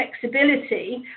flexibility